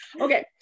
okay